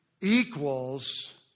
equals